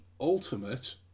ultimate